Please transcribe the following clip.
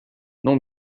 non